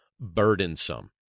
burdensome